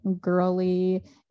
girly